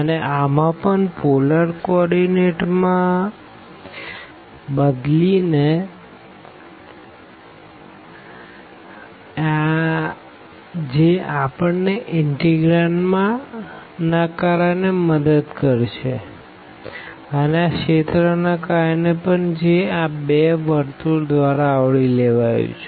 અને આમાં પણ પોલર કો ઓર્ડીનેટ માં બદલી ને જે આપણને ઇનટેગ્રાંડ ના કારણે મદદ કરશે અને આ રીજિયન ના કારણે પણ જે આ બે સર્કલ દ્વારા આવરી લેવાયું છે